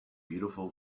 beautiful